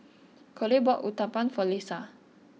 Kole bought Uthapam for Leisa